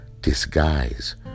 disguise